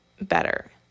better